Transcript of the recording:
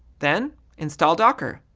then install docker.